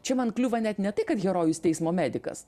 čia man kliūva net ne tai kad herojus teismo medikas